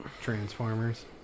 Transformers